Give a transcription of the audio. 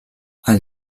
els